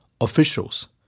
officials